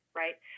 right